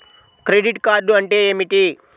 Credit card అంటే ఏమిటి?